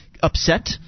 upset